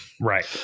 Right